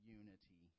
unity